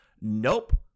Nope